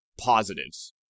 positives